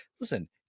listen